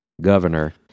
governor